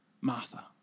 Martha